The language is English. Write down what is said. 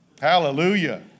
Hallelujah